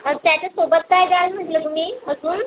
मग त्याच्यासोबत काय द्याल म्हटलं तुम्ही अजून